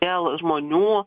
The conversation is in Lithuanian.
dėl žmonių